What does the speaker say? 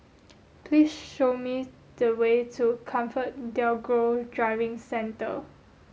please show me the way to ComfortDelGro Driving Centre